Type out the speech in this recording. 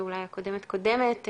אולי הקודמת קודמת,